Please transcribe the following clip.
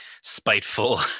spiteful